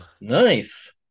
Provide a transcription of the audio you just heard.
Nice